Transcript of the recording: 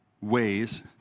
ways